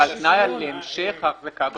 אלא תנאי על המשך ההחזקה ברישיון.